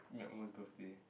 Miao-Wen's birthday